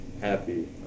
happy